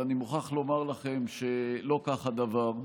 אבל אני מוכרח לומר לכם שלא כך הדבר,